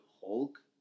Hulk